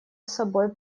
собой